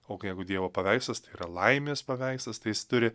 o kai jeigu dievo paveikslas tai yra laimės paveikslas tai jis turi